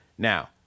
Now